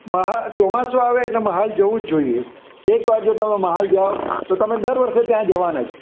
મહા ચોમાસું આવે એટલે મહાલ જવું જ જોઈએ એકવાર જો તમે મહાલ જાવ તો તમે દર વર્ષે ત્યાં જવાના જ